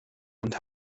und